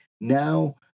Now